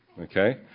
Okay